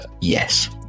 Yes